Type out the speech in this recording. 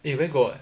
eh where got